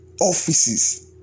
offices